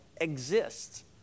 exists